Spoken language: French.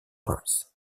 reims